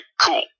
cool